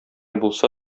булса